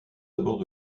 abords